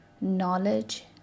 knowledge